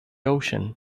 ocean